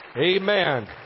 Amen